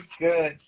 good